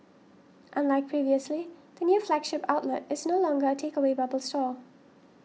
unlike previously the new flagship outlet is no longer a takeaway bubble store